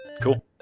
Cool